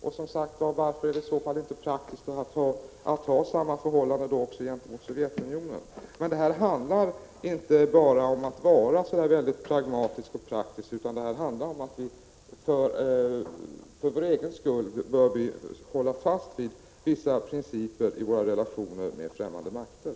Och varför är det i så fall inte praktiskt att ha samma förhållande gentemot Sovjetunionen? Detta handlar inte bara om att vara pragmatisk och praktisk utan om att vi för vår egen skull bör hålla fast vid vissa principer i våra relationer med främmande makter.